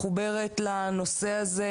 אני מחוברת לנושא הזה,